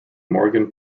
morgan